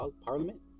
Parliament